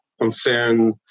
concern